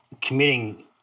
committing